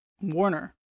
Warner